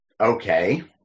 Okay